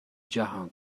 جهان